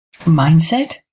Mindset